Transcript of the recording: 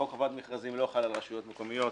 חוק חובת מכרזים לא חל על רשויות מקומיות,